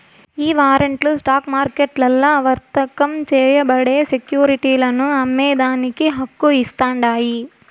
ఈ వారంట్లు స్టాక్ మార్కెట్లల్ల వర్తకం చేయబడే సెక్యురిటీలను అమ్మేదానికి హక్కు ఇస్తాండాయి